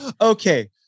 okay